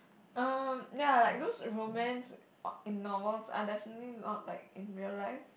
err ya like those romance in novels are definitely not like in real life